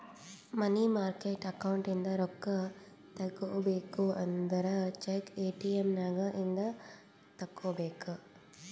ಮನಿ market account ಇಂದ ರೊಕ್ಕಾ ತಗೋಬೇಕು ಅಂದುರ್ ಚೆಕ್, ಎ.ಟಿ.ಎಮ್ ನಾಗ್ ಇಂದೆ ತೆಕ್ಕೋಬೇಕ್